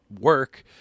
work